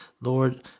Lord